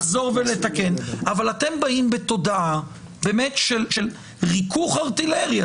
לחזור ולתקן אבל אתם באים בתודעה של ריכוך ארטילרי.